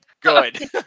Good